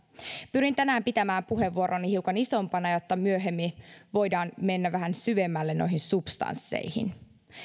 pyrin tänään pitämään puheenvuoroni hiukan yleisempänä jotta myöhemmin voidaan mennä vähän syvemmälle noihin substansseihin